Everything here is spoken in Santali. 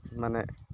ᱢᱟᱱᱮ